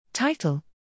TITLE